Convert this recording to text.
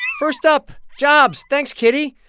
first up, jobs. thanks, kitty.